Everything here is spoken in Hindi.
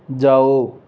जाओ